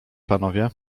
panowie